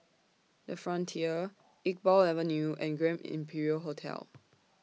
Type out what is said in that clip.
The Frontier Iqbal Avenue and Grand Imperial Hotel